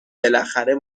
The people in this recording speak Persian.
بالاخره